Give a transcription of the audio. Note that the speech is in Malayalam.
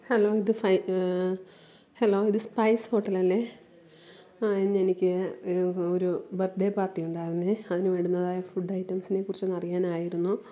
ഹലോ ഇത് ഫൈ ഹലോ ഇത് സ്പൈസ് ഹോട്ടലല്ലേ ഇന്നെനിക്ക് ഒരൂ ഒരു ബർത്ത് ഡേ പാർട്ടി ഉണ്ടായിരുന്നു അതിന് വേണ്ടുന്നതായ ഫുഡ് ഐറ്റംസിനെ കുറിച്ചൊന്ന് അറിയാനായിരുന്നു